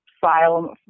file